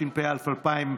התשפ"א 2020,